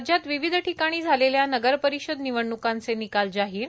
राज्यात विविध ठिकाणी झालेल्या नगरपरिषद निवडणुकाचे निकाल जाहीर